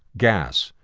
gas,